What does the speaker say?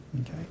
Okay